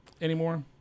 anymore